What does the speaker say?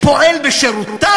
פועל בשירותם?